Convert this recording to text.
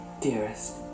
Dearest